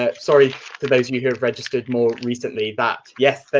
ah sorry who have registered more recently, but, yes,